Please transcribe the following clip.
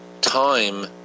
Time